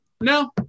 No